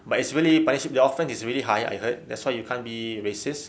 but it's really but the offence is really high I heard that's why you can't be racist